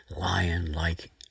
lion-like